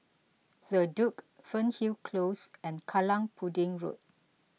the Duke Fernhill Close and Kallang Pudding Road